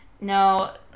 No